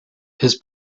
his